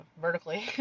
Vertically